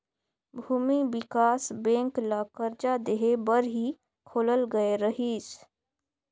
भूमि बिकास बेंक ल करजा देहे बर ही खोलल गये रहीस